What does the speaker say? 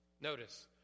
Notice